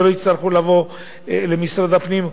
ולא יצטרכו לבוא למשרד הפנים,